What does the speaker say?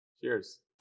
Cheers